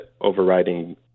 overriding